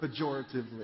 pejoratively